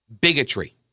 bigotry